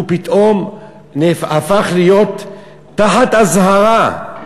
הוא פתאום הפך להיות תחת אזהרה,